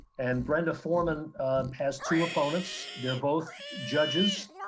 and brenda forman has two opponents. they're both judges,